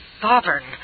sovereign